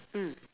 mm